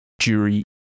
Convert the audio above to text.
jury